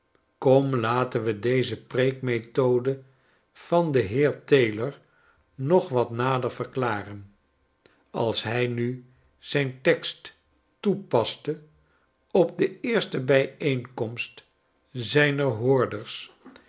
kom laten we deze preekmethode van den heer taylor nog wat nader verklaren als hij nu zijn tekst toepaste op de eerste bijeenkomst zynerhoordersen